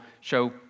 show